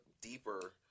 deeper